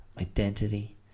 Identity